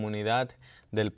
money that they